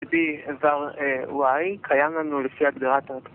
B איבר y קיים לנו לפי הגדרת ה...